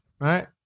right